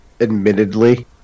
admittedly